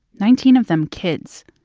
nineteen of them kids,